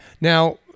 Now